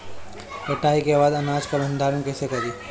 कटाई के बाद अनाज का भंडारण कईसे करीं?